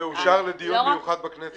זה אושר לדיון מיוחד בכנסת, דיון על הטונה.